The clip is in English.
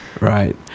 Right